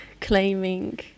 claiming